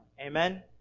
Amen